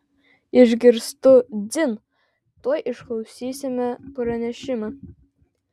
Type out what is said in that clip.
išgirstu dzin tuoj išklausysime pranešimą